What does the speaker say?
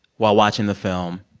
while watching the film,